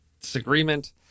disagreement